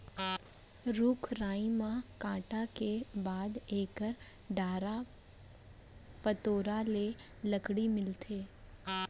रूख राई ल काटे के बाद एकर डारा पतोरा ले लकड़ी मिलथे